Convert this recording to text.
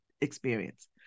experience